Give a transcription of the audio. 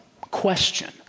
question